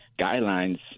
guidelines